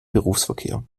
berufsverkehr